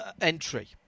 entry